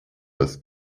das